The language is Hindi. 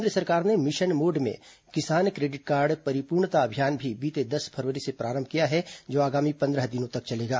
केन्द्र सरकार ने मिशन मोड में किसान क्रेडिट कार्ड परिपूर्णता अभियान भी बीते दस फरवरी से प्रारंभ किया है जो आगामी पंद्रह दिनों तक चलेगा